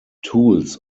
tools